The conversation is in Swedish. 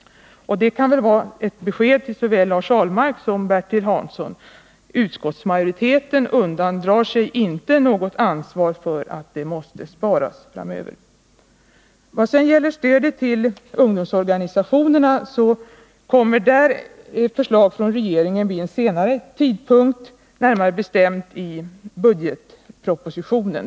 Och det kan väl vara ett besked till såväl Lars Ahlmark som Bertil Hansson: utskottsmajoriteten undandrar sig inte något ansvar för att det måste sparas framöver. Vad sedan gäller stödet till ungdomsorganisationerna, så kommer där förslag från regeringen vid en senare tidpunkt — närmare bestämt i Nr 48 budgetpropositionen.